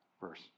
verse